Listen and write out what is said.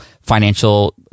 financial